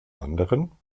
anderen